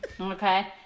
Okay